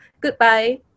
Goodbye